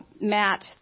Matt